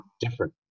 different